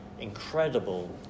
incredible